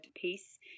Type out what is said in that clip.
piece